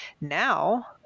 Now